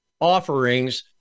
offerings